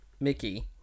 Mickey